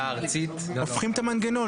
הפוכים את המנגנון.